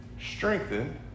strengthen